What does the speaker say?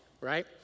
Right